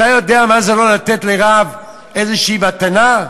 אתה יודע מה זה לא לתת לרב איזושהי מתנה?